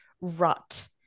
rut